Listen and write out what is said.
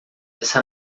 essa